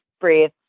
breathe